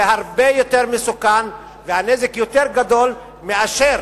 זה הרבה יותר מסוכן והנזק הרבה יותר גדול מאשר